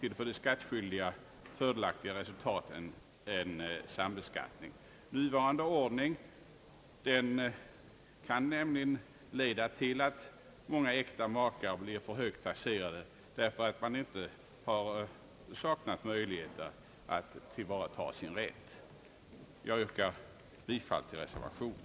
till ett för de skattskyldiga fördelaktigare resultat än sambeskattningen. Nuvarande ordning kan nämligen leda till att många äkta makar blir alltför högt taxerade, därför att de har saknat möjligheter att tillvarata sin rätt. Jag yrkar bifall till reservationen.